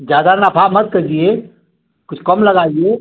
ज़्यादा नफ़ा मत करिए कुछ कम लगाइए